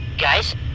Guys